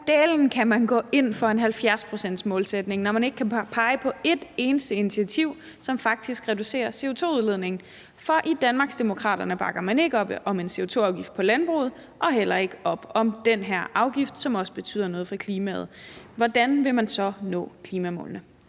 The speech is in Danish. dælen kan man gå ind for en 70-procentsmålsætning, når man ikke kan pege på et eneste initiativ, som faktisk reducerer CO2-udledningen? For i Danmarksdemokraterne bakker man ikke op om en CO2-afgift på landbruget og heller ikke op om den her afgift, som også betyder noget for klimaet. Hvordan vil man så nå klimamålene?